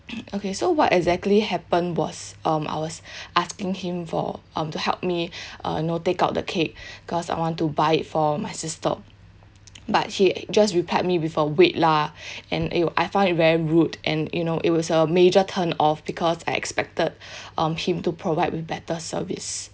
okay so what exactly happened was um I was asking him for um to help me uh you know take out the cake cause I want to buy it for my sister but he just replied me with uh wait lah and it will I find it very rude and you know it was a major turn off because I expected um him to provide with better service